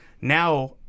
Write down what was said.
Now